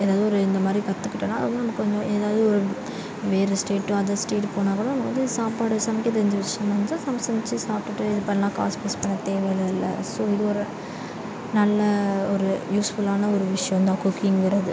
எதாவது ஒரு இந்த மாதிரி கற்றுக்கிட்டோன்னா அது வந்து நமக்கு எதாவது ஒரு வேறு ஸ்டேட்டோக அதர் ஸ்டேட்டு போனாக் கூட நமக்கு வந்து ஒரு சாப்பாடு சமைக்க தெரிஞ்சு வச்சு நம்ம சமைச்சு சாப்பிட்டுட்டு இது பண்ணலாம் காசு வேஸ்ட் பண்ண தேவை இல்லல ஸோ இது ஒரு நல்ல ஒரு யூஸ்ஃபுல்லான ஒரு விஷயம் தான் குக்கிங்கிறது